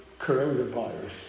coronavirus